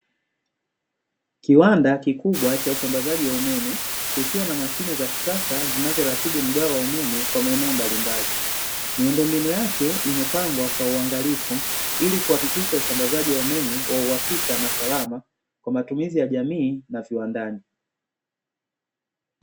Kiwanda kikubwa cha usambazaji wa umeme, kikiwa na mashine za kisasa zinzoratibu mgao wa umeme, kwa maeneo mbalimbali. Miundombinu yake imepangwa kwa uangalifu, ili kuhakikisha usambazaji wa umeme wa uwakika na salama, kwa matumizi ya jamii na viwandani.